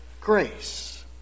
grace